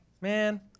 Man